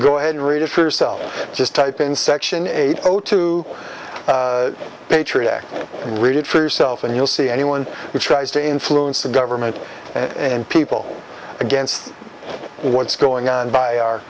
go ahead read it for yourself just type in section eight o two patriot act read it for yourself and you'll see anyone who tries to influence the government and people against what's going on by our